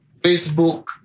Facebook